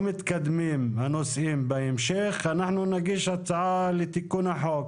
מתקדמים הנושאים בהמשך אנחנו נגיש הצעה לתיקון החוק,